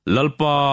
Lalpa